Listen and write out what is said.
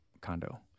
condo